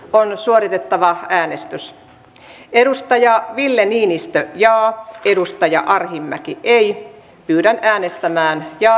on suoritettava äänestys edustaja ville niinistö ja edustaja arhinmäki ei kylläkään estämään ja